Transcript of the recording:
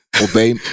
Obey